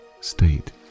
state